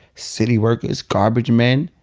city workers, garbage men,